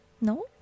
No